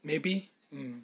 maybe